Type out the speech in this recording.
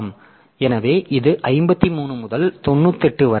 எனவே இது 53 முதல் 98 வரை